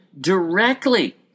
directly